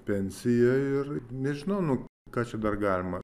pensiją ir nežinau ką čia dar galima